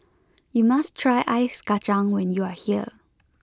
you must try Ice Kachang when you are here